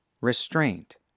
Restraint